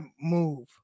move